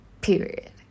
period